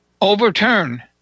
overturn